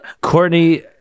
Courtney